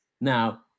Now